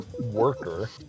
worker